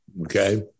Okay